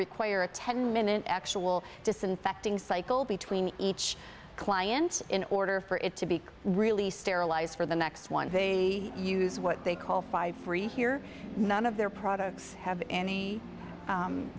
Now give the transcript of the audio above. require a ten minute actual disinfecting cycle between each client in order for it to be really sterilized for the next one they use what they call five free here none of their products have any